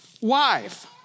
wife